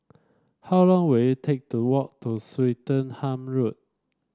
how long will it take to walk to Swettenham Road